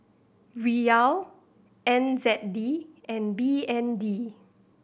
Riyal N Z D and B N D